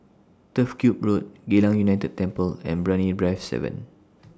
Turf Ciub Road Geylang United Temple and Brani Drive seven